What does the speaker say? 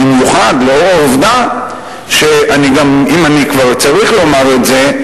במיוחד לאור העובדה שגם אם אני צריך לומר את זה,